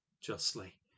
justly